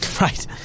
Right